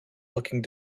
looking